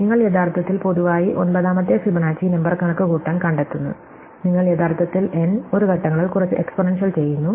നിങ്ങൾ യഥാർത്ഥത്തിൽ പൊതുവായി ഒൻപതാമത്തെ ഫിബൊനാച്ചി നമ്പർ കണക്കുകൂട്ടാൻ കണ്ടെത്തുന്നു നിങ്ങൾ യഥാർത്ഥത്തിൽ n ഒരു ഘട്ടങ്ങളിൽ കുറച്ച് എക്സ്പോണൻഷ്യൽ ചെയ്യുന്നു